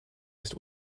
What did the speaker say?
ist